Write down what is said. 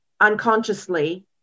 unconsciously